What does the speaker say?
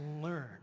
learn